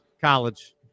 College